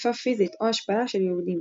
ותקיפה פיזית או השפלה של יהודים.